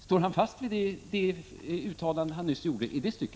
Står Alf Svensson fast vid det uttalande som han nyss gjorde?